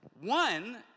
One